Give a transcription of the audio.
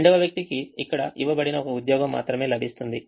రెండవ వ్యక్తికి ఇక్కడ ఇవ్వబడిన ఒక ఉద్యోగం మాత్రమే లభిస్తుంది